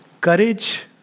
Courage